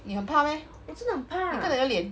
你很怕 meh 你看你的脸